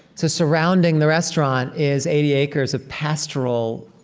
so surrounding the restaurant is eighty acres of pastoral,